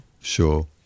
Sure